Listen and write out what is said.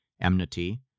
enmity